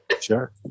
Sure